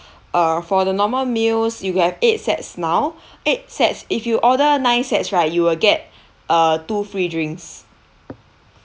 err for the normal meals you have eight sets now eight sets if you order nine sets right you will get uh two free drinks